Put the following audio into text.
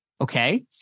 Okay